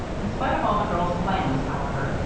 in spite of all the girls' plans, however,